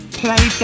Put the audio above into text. play